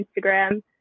instagram